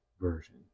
Version